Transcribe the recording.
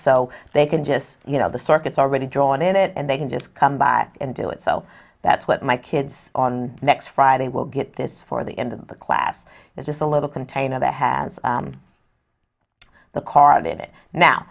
so they can just you know the circus already drawn in it and they can just come by and do it so that's what my kids on next friday will get this for the end of the class is just a little container that has the card in it now